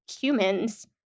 humans